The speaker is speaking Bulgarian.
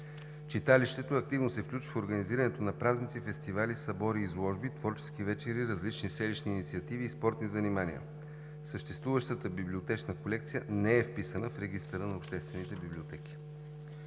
Читалището активно се включва в организирането на празници, фестивали, събори, изложби, творчески вечери, различни селищни инициативи и спортни занимания. Съществуващата библиотечна колекция не е вписана в Регистъра на обществените библиотеки.